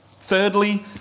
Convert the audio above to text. Thirdly